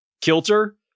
kilter